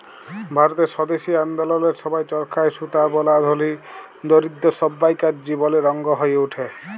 ভারতের স্বদেশী আল্দললের সময় চরখায় সুতা বলা ধলি, দরিদ্দ সব্বাইকার জীবলের অংগ হঁয়ে উঠে